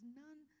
none